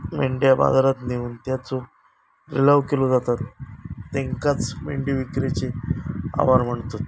मेंढ्या बाजारात नेऊन त्यांचो लिलाव केलो जाता त्येकाचं मेंढी विक्रीचे आवार म्हणतत